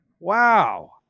Wow